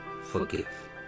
forgive